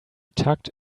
tugged